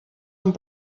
amb